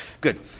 good